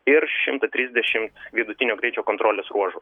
ir šimtą trisdešim vidutinio greičio kontrolės ruožų